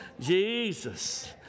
Jesus